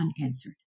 unanswered